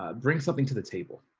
ah bring something to the table.